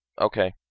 Okay